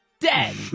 dead